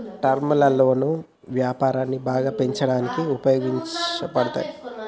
term లోన్లు వ్యాపారాన్ని బాగా పెంచడానికి ఉపయోగపడతాయి